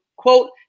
Quote